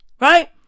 Right